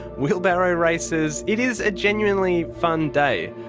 wheelbarrow races. it is a genuinely fun day.